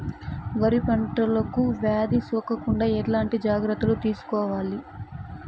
వరి పంటకు వ్యాధి సోకకుండా ఎట్లాంటి జాగ్రత్తలు తీసుకోవాలి?